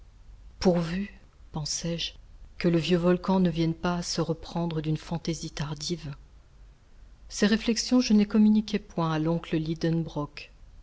pourvu pensai-je que le vieux volcan ne vienne pas à se reprendre d'une fantaisie tardive ces réflexions je ne les communiquai point à l'oncle